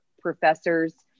professors